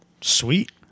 Sweet